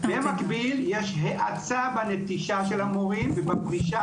במקביל יש האצה בנטישה של המורים ובפרישה